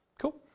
Cool